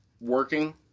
working